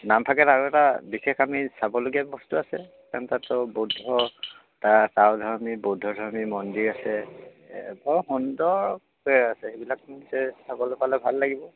নামফাকেত আৰু এটা বিশেষ আমি চাবলগীয়া বস্তু আছে কাৰণ তাতো বৌদ্ধ টা টাল ধৰ্মী বৌদ্ধ ধৰ্মী মন্দিৰ আছে বৰ সুন্দৰকৈ আছে সেইবিলাক চাবলৈ পালে ভাল লাগিব